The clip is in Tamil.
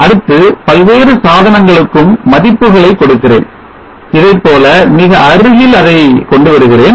அடுத்து பல்வேறு சாதனங்களுக்கும் மதிப்புகளை கொடுக்கிறேன் இதைப்போல மிக அருகில் அதை கொண்டு வருகிறேன்